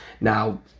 Now